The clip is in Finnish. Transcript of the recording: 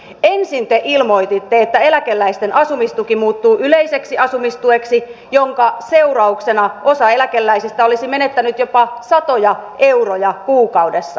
ensin te ilmoititte että eläkeläisten asumistuki muuttuu yleiseksi asumistueksi minkä seurauksena osa eläkeläisistä olisi menettänyt jopa satoja euroja kuukaudessa